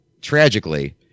tragically